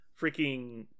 freaking